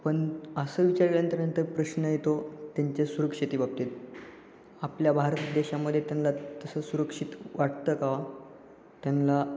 पण असं विचारल्यांतर नंतर प्रश्न येतो त्यांच्या सुरक्षेती बाबतीत आपल्या भारत देशामध्ये त्यांना तसं सुरक्षित वाटतं का त्यांना